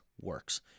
works